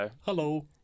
Hello